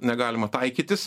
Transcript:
negalima taikytis